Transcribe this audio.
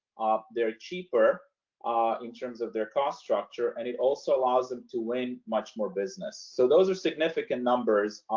they're cheaper ah in terms of their cost structure, and it also allows them to win much more business. so those are significant numbers.